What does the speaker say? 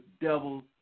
devils